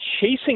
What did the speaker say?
chasing